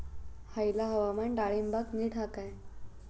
हयला हवामान डाळींबाक नीट हा काय?